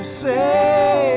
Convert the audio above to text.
say